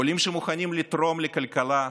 עולים שמוכנים לתרום לכלכלה,